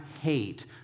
hate